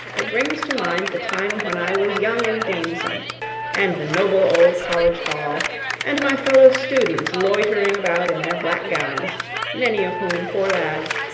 it brings to mind the time when i was young and gamesome and the noble old college-hall and my fellow students loitering about in their black gowns many of whom, poor lads,